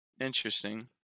Interesting